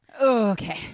Okay